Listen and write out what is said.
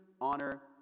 honor